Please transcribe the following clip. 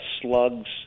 slugs